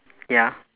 ya